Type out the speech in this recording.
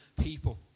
people